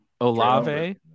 Olave